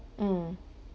mm